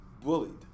bullied